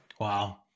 Wow